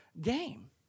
game